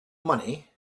money